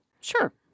Sure